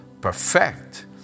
perfect